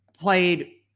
played